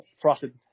Frosted